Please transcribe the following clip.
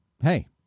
Hey